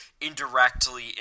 indirectly